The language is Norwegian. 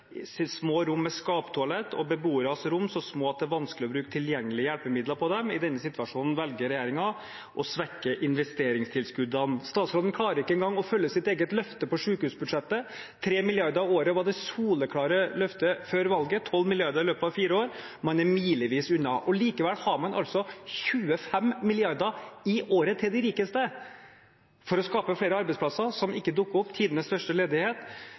rom med «skaptoalett»» og «beboernes rom er så små at det er vanskelig å bruke tilgjengelige hjelpemidler på dem». I denne situasjonen velger regjeringen å svekke investeringstilskuddene. Statsråden klarer ikke engang å følge sitt eget løfte for sykehusbudsjettet. # mrd. kr i året var det soleklare løftet før valget – 12 mrd. kr i løpet av fire år. Man er milevis unna. Allikevel har man altså 25 mrd. kr i året til de rikeste for å skape flere arbeidsplasser, som ikke dukker opp – tidenes største ledighet.